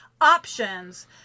options